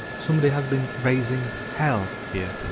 somebody has been razing hell here!